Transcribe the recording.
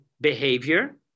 behavior